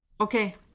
Okay